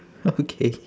okay